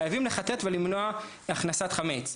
חייבים לחטט ולמנוע הכנסת חמץ.